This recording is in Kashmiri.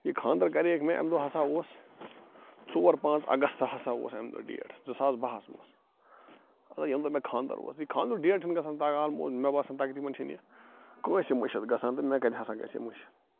یہِ خانٛدر کرییَکھ مےٚ اَمہِ دۄہ ہسا اوس ژور پانٛژھ اگست ہسا اوس اَمہِ دۄہ ڈیٹ زٕ ساس باہ ہَس منٛز ہسا ییٚمہِ دۄہ مےٚ خانٛدر اوس یہِ خانٛدٕرُک ڈیٹ چھُنہٕ گژھان آل موسٹ مےٚ باسان تقریٖبن چھُ نہٕ یہِ کٲنٛسہِ مٔشِتھ گژھان تہٕ مےٚ کتہِ ہسا گژھِ یہِ مٔشِتھ